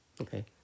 okay